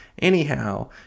Anyhow